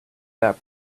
that